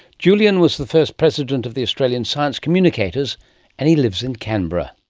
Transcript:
julian was the first president of the australian science communicators and he lives in canberra.